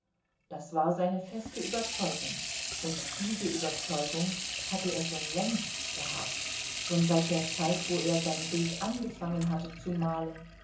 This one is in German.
das war seine feste überzeugung und diese überzeugung hatte er schon längst gehabt schon seit der zeit wo er sein bild angefangen hatte zu malen